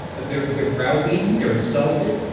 they're they're brow-beaten, they're insulted,